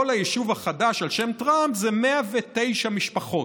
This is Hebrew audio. כל היישוב החדש על שם טראמפ זה 109 משפחות.